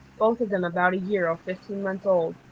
both of them about a year or fifteen months old,